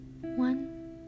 One